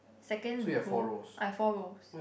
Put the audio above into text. second to go I for rows